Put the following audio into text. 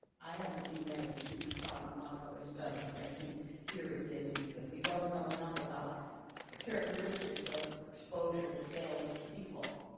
i haven't seen that as a huge problem a lot of other studies but i think here it is because we don't enough about the characteristics of exposure to phthalates in people.